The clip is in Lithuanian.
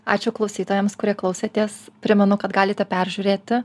ačiū klausytojams kurie klausėtės primenu kad galite peržiūrėti